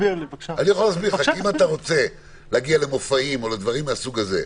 כי אם אתה רוצה להגיע למופעים או דברים מהסוג הזה,